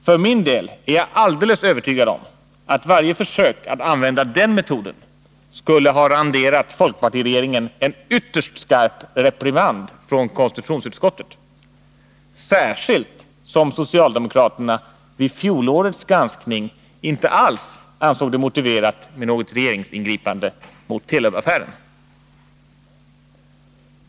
För min del är jag alldeles övertygad om att varje försök att använda den metoden skulle ha renderat folkpartiregeringen en ytterst skarp reprimand från konstitutionsutskottet — särskilt som socialdemokraterna vid fjolårets granskning inte alls ansåg det motiverat med något regeringsingripande mot Telub-affären.